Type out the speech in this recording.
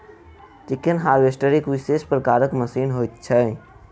chicken harvester एक विशेष प्रकारक मशीन होइत छै